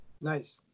Nice